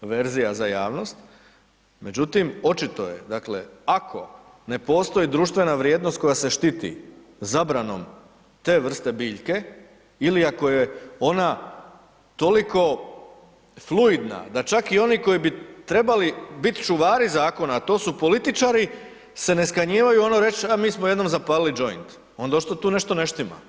verzija za javnost, međutim, očito je, dakle, ako ne postoji društvena vrijednost koja se štiti zabranom te vrste biljke ili ako je ona toliko fluidna da čak i oni koji bi trebali biti čuvari Zakona, a to su političari, se ne skanjivaju ono reć', a mi smo jednom zapalili joint, onda očito tu nešto ne štima.